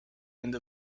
end